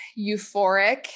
euphoric